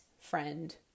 friend